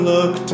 Look